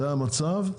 זה המצב.